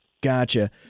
gotcha